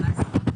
עד לגיל 18?